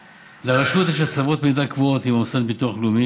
לרשות יש הצלבות מידע קבועות עם המוסד לביטוח לאומי,